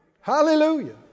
Hallelujah